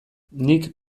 nik